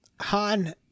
Han